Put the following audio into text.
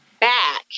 back